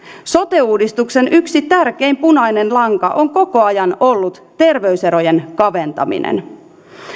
sote uudistuksen yksi tärkein punainen lanka on koko ajan ollut terveyserojen kaventaminen